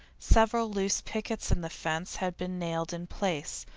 several loose pickets in the fence had been nailed in place.